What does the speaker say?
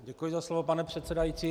Děkuji za slovo, pane předsedající.